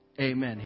amen